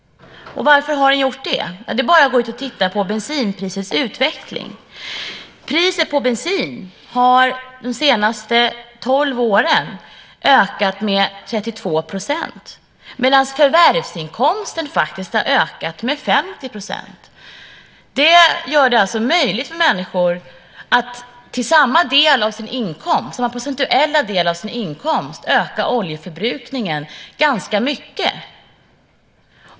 Varför har den gjort det? Ja, det är bara att se på bensinprisets utveckling. Priset på bensin har de senaste tolv åren ökat med 32 %, medan förvärvsinkomsten ökat med 50 %. Detta gör det möjligt för människor att till samma procentuella andel av sin inkomst öka oljeförbrukningen ganska mycket.